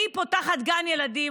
והיא פותחת גן ילדים?